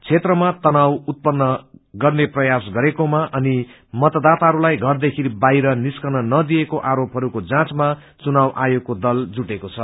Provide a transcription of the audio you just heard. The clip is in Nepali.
क्षेत्रमा तनाव उत्पन्न गर्ने प्रयास गरेकोमा अनि मतदाताहरूलाई घरदेखि बाहिर निस्कन नदिएको आरोपहरूको जाँचमा चुनाव आयोगको दल जुटेको छ